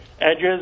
edges